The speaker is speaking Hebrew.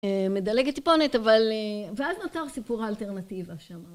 מדלגת טיפונת, אבל... ואז נותר סיפור האלטרנטיבה שם.